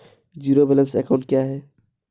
Zero balance account क्या है?